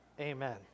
Amen